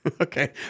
Okay